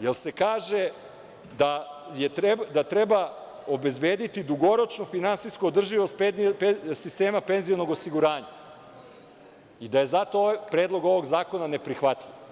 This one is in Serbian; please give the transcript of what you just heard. jer se kaže da treba obezbediti dugoročnu finansijsku održivost sistema penzionog osiguranja i da je zato predlog ovog zakona neprihvatljiv.